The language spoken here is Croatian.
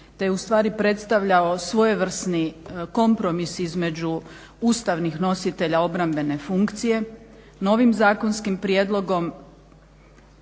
je u stvari predstavljao svojevrsni kompromis između ustavnih nositelja obrambene funkcije novim zakonskim prijedlogom